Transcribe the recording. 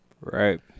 right